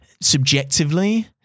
subjectively